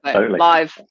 live